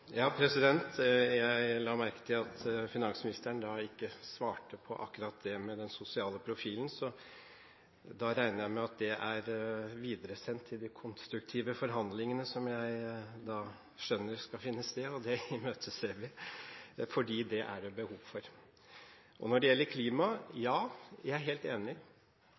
Jeg la merke til at finansministeren ikke svarte på akkurat det med den sosiale profilen, så da regner jeg med at det er videresendt til de konstruktive forhandlingene som jeg skjønner skal finne sted, og det imøteser vi, for det er det behov for. Så til klima: Ja, jeg er helt enig,